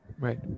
right